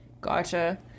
Gotcha